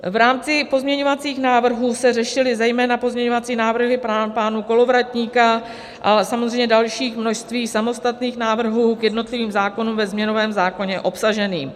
V rámci pozměňovacích návrhů se řešily zejména pozměňovací návrhy pánů Kolovratníka a samozřejmě dalších v množství samostatných návrhů k jednotlivým zákonům ve změnovém zákoně obsaženým.